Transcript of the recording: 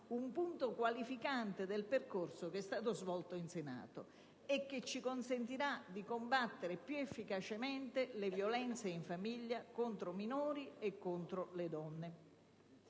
un punto qualificante del percorso che è stato svolto in Senato e che ci consentirà di combattere più efficacemente le violenze in famiglia contro i minori e le donne.